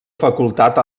facultat